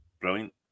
brilliant